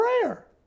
prayer